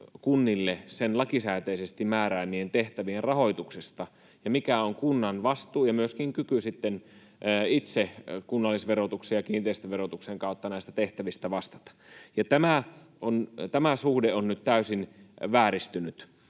kunnille sen lakisääteisesti määräämien tehtävien rahoituksesta ja mikä on kunnan vastuu ja myöskin kyky sitten itse kunnallisverotuksen ja kiinteistöverotuksen kautta näistä tehtävistä vastata. Tämä suhde on nyt täysin vääristynyt,